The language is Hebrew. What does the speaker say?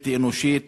הבלתי-אנושית,